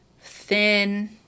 thin